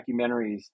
documentaries